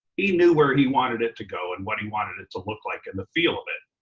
he knew where he wanted it to go and what he wanted it to look like and the feel of it.